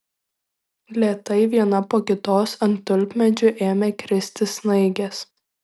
lėtai viena po kitos ant tulpmedžių ėmė kristi snaigės